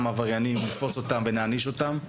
עבריינים לתפוס אותם ולהעניש אותם,